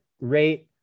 rate